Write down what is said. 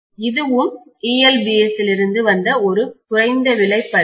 இதுவும் ELBS இலிருந்து வந்த ஒரு குறைந்த விலை பதிப்பு